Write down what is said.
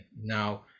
Now